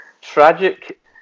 tragic